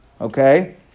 okay